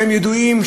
שהם ידועים,